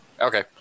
Okay